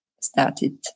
started